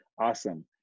awesome